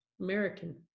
American